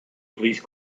please